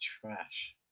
trash